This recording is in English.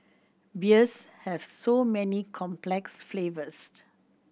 beers have so many complex flavours